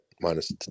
Minus